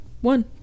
one